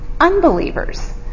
unbelievers